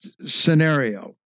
scenario